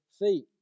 feet